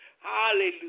Hallelujah